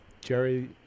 Jerry